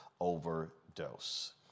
overdose